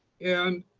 and,